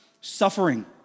suffering